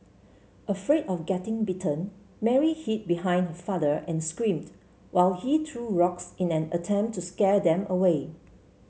afraid of getting bitten Mary hid behind her father and screamed while he threw rocks in an attempt to scare them away